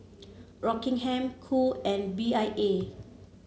Rockingham Qoo and B I A